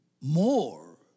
more